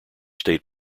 state